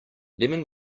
lemon